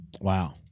Wow